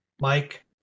Mike